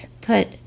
put